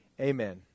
Amen